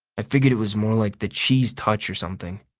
i figured it was more like the cheese touch or something.